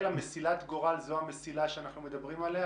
מסילת גורל זו המסילה שאנחנו מדברים עליה,